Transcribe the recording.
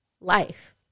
life